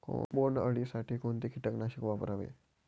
बोंडअळी साठी कोणते किटकनाशक वापरावे?